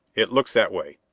it looks that way.